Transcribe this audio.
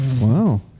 Wow